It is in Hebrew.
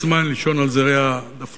יש זמן לישון על זרי הדפנה.